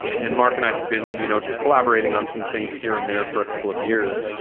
and mark and i had been, you know, just collaborating on some things here and there for a couple of years.